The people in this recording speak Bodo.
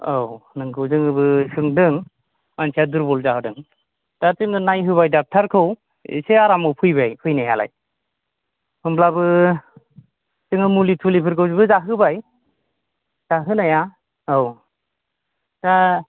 औ नंगौ जोंबो सोंदों मानसिया दुरबल जादों दा जोङो नायहोबाय डाक्टारखौ एसे आरामाव फैबाय फैनायालाय होनब्लाबो जोङो मुलि थुलिफोरखौबो जाहोबाय जाहोनाय औ दा